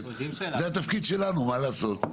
זה התפקיד שלנו מה לעשות,